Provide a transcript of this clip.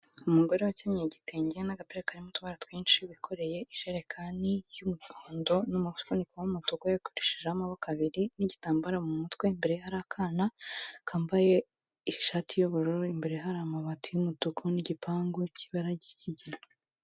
Umugore wakenyeye igitenge n'agapira karimo utubara twinshi, wikoreye ijerekani y'umuhondo n'umufuniko w'umutuku yakoreshejeho amaboko abiri n'igitambaro mu mutwe, imbere ye hari akana kambaye ishati y'ubururu, imbere hari amabati y'umutuku n'igipangu cy'ibara ry'ikigina.